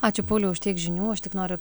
ačiū pauliau už tiek žinių aš tik noriu